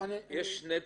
יש שני צדדים.